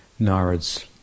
Narad's